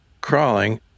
crawling